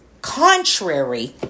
Contrary